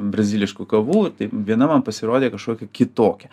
braziliškų kavų tai viena man pasirodė kažkokia kitokia